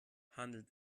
handelt